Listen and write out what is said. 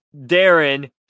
Darren